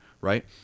right